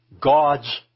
God's